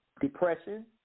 Depression